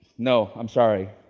no, i'm sorry.